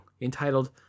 entitled